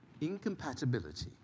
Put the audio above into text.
Incompatibility